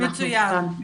מצוין.